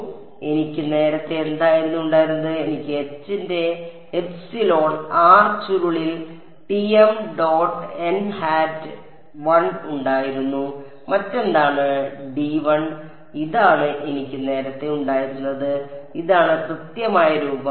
അതിനാൽ എനിക്ക് നേരത്തെ എന്തായിരുന്നു ഉണ്ടായിരുന്നത് എനിക്ക് H ന്റെ എപ്സിലോൺ r ചുരുളിൽ Tm dot n hat 1 ഉണ്ടായിരുന്നു മറ്റെന്താണ് dl ഇതാണ് എനിക്ക് നേരത്തെ ഉണ്ടായിരുന്നത് ഇതാണ് കൃത്യമായ രൂപം